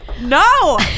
No